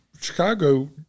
Chicago